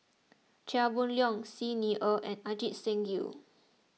Chia Boon Leong Xi Ni Er and Ajit Singh Gill